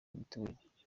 imiturire